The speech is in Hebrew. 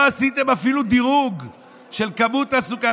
לא עשיתם אפילו דירוג של כמות הסוכר,